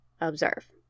observe